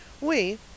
We